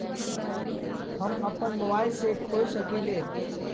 हम अपना मोबाइल से खोल सकली ह?